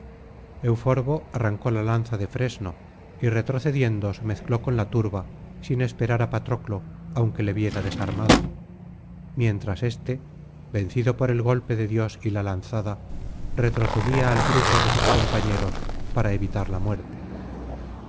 sucumbir euforbo arrancó la lanza de fresno y retrocediendo se mezcló con la turba sin esperar á patroclo aunque le viera desarmado mientras éste vencido por el golpe del dios y la lanzada retrocedía al grupo de sus compañeros para evitar la muerte